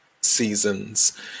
seasons